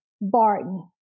Barton